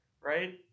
right